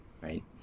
right